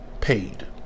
paid